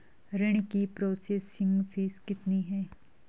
ऋण की processing fee कितनी है?